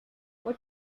what